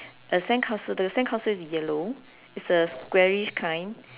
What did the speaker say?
a sandcastle the sandcastle is yellow is a squarish kind